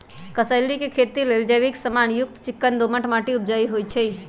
कसेलि के खेती लेल जैविक समान युक्त चिक्कन दोमट माटी उपजाऊ होइ छइ